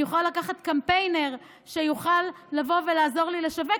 אני יכולה לקחת קמפיינר שיוכל לעזור לי לשווק,